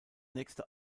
nächste